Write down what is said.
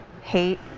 hate